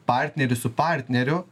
partneris su partneriu